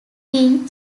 tin